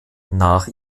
nach